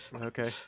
Okay